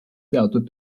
teatud